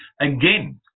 again